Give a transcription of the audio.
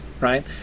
Right